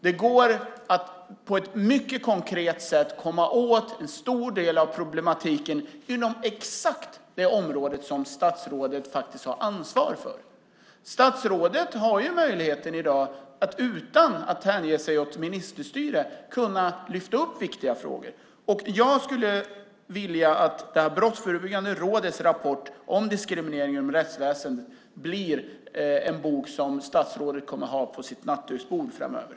Det går att på ett mycket konkret sätt komma åt en stor del av problematiken inom exakt det område som statsrådet faktiskt har ansvar för. Statsrådet har ju möjligheten i dag att utan att hänge sig åt ministerstyre lyfta upp viktiga frågor. Jag skulle vilja att Brottsförebyggande rådets rapport om diskriminering inom rättsväsendet blir en bok som statsrådet kommer att ha på sitt nattduksbord framöver.